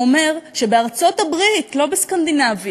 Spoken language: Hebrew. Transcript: הוא אומר שבארצות-הברית, לא בסקנדינביה,